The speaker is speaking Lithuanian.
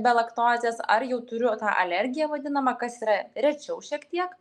be laktozės ar jau turiu tą alergiją vadinamą kas yra rečiau šiek tiek